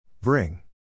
Bring